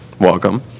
Welcome